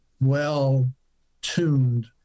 well-tuned